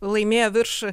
laimėjo virš